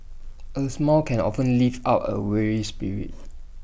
A smile can often lift up A weary spirit